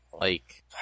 Like-